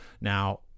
Now